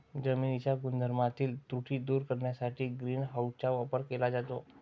जमिनीच्या गुणधर्मातील त्रुटी दूर करण्यासाठी ग्रीन हाऊसचा वापर केला जातो